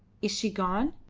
is she gone?